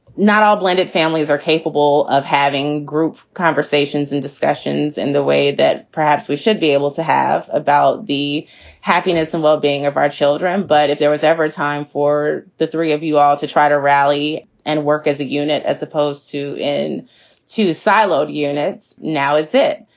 not all blended families are capable of having group conversations and discussions in the way that perhaps we should be able to have about the happiness and well-being of our children. but if there was ever a time for the three of you all to try to rally and work as a unit as opposed to in two siloed units, now is it?